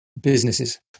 businesses